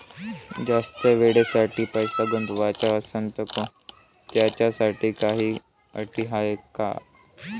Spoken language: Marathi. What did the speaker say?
जास्त वेळेसाठी पैसा गुंतवाचा असनं त त्याच्यासाठी काही अटी हाय?